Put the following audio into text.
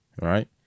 right